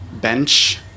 bench